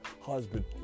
husband